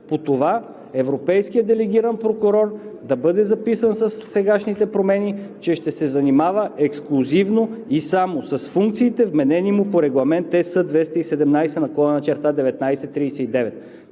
по това европейски делегиран прокурор да бъде записан със сегашните промени, че ще се занимава ексклузивно и само с функциите, вменени му по Регламент ЕС 2017/1939.